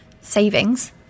savings